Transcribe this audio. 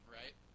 right